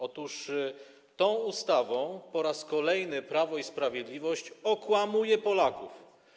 Otóż tą ustawą po raz kolejny Prawo i Sprawiedliwość okłamuje Polaków.